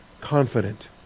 confident